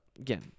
Again